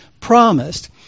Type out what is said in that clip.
promised